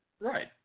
Right